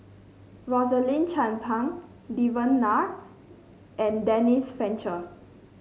Rosaline Chan Pang Devan Nair and Denise Fletcher